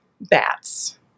bats